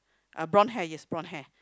a blonde hair yes blonde hair